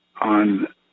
on